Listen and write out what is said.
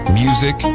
music